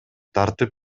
тартып